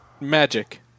magic